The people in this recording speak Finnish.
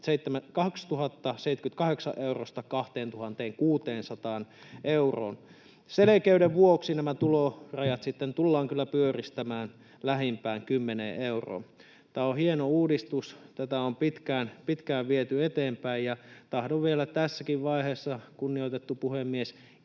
2 078 eurosta 2 600 euroon. Selkeyden vuoksi nämä tulorajat sitten tullaan kyllä pyöristämään lähimpään kymmeneen euroon. Tämä on hieno uudistus, tätä on pitkään viety eteenpäin, ja tahdon vielä tässäkin vaiheessa, kunnioitettu puhemies,